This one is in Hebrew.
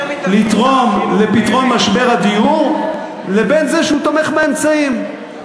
לתרום לפתרון משבר הדיור לבין זה שהוא תומך באמצעים.